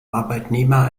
arbeitnehmer